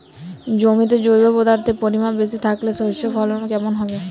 জমিতে জৈব পদার্থের পরিমাণ বেশি থাকলে শস্যর ফলন কেমন হবে?